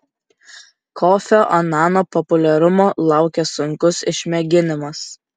kofio anano populiarumo laukia sunkus išmėginimas